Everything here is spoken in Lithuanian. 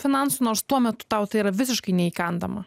finansų nors tuo metu tau tai yra visiškai neįkandama